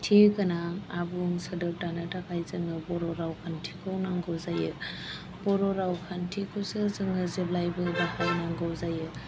ओंथिगोनां आबुं सोदोब दानो थाखाय जोङो बर' रावखान्थिखौ नांगौ जायो बर' रावखान्थिखौसो जोङो जेब्लायबो बाहायनांगौ जायो